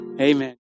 Amen